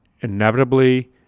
inevitably